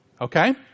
Okay